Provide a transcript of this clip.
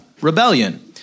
rebellion